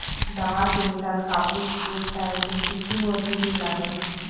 दहा किंटल कापूस ऐचायले किती मजूरी लागन?